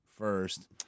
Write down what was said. First